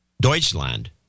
Deutschland